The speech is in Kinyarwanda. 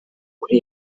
kuri